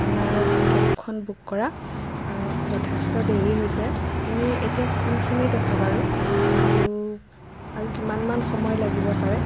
আপোনাৰ কেবখন বুক কৰা যথেষ্ট দেৰি হৈছে আপুনি এতিয়া কোনখিনিত আছে বাৰু আৰু আৰু কিমান মান সময় লাগিব পাৰে